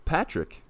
Patrick